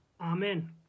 Amen